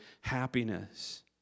happiness